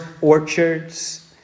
orchards